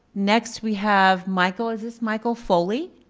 next we have michael, is this michael foley?